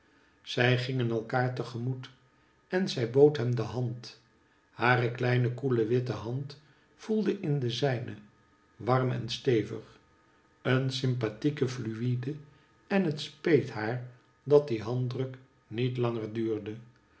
zij gingen elkaar te gemoet en zij bood hem de hand hare kleine koele witte hand voelde in de zijne warm en stevig een sympathieke flui'de en het speet haar dat die handdruk niet langer duurde